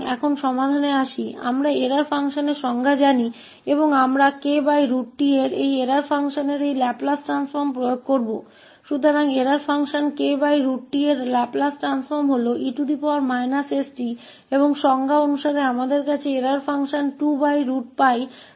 अब समाधान पर आते हैं हम जानते हैं कि त्रुटि फ़ंक्शन की परिभाषा और हम इस लैपलेस ट्रांसफ़ॉर्म को kt के इस त्रुटि फ़ंक्शन पर लागू करेंगे